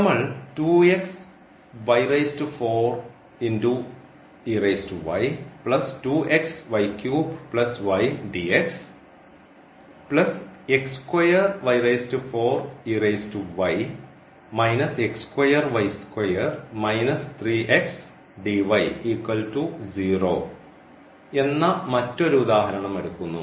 നമ്മൾ എന്ന മറ്റൊരു ഉദാഹരണം എടുക്കുന്നു